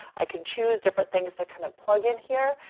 i can choose different things to kind of plug in here,